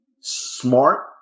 smart